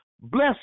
Bless